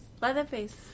Leatherface